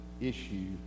issue